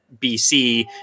BC